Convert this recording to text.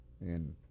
and-